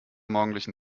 morgendlichen